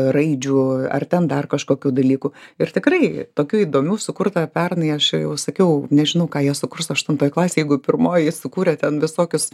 raidžių ar ten dar kažkokių dalykų ir tikrai tokių įdomių sukurta pernai aš jau sakiau nežinau ką jie sukurs aštuntoj klasėj jeigu pirmoj sukūrė ten visokius